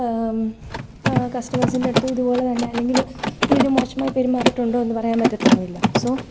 കസ്റ്റമേഴ്സിൻറ്റടുത്തും ഇതുപോലെ തന്നെ അല്ലെങ്കിൽ ഇതിനും മോശമായിട്ടു പെരുമാറിയിട്ടുണ്ടോയെന്നു പറയാൻ പറ്റത്തൊന്നുമില്ല സോ